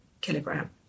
kilogram